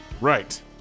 Right